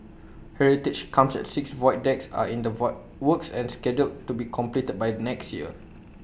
heritage corners at six void decks are in the work works and scheduled to be completed by next year